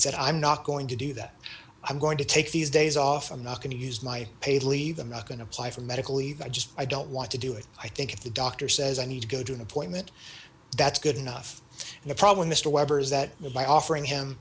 said i'm not going to do that i'm going to take these days off i'm not going to use my paid leave i'm not going to apply for medical leave i just i don't want to do it i think if the doctor says i need to go to an appointment that's good enough and the problem mr weber is that by offering him